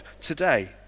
today